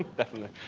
definitely,